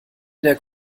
dieser